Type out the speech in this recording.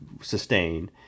sustain